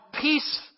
peace